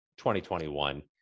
2021